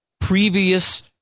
previous